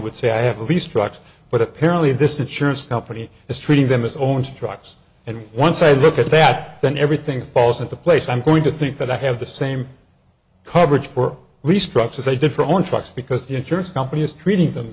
would say i have leased trucks but apparently this insurance company is treating them as owns trucks and once a look at that then everything falls into place i'm going to think that i have the same coverage for restructures they differ on trucks because the insurance company is treating them